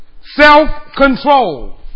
Self-control